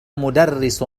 مدرس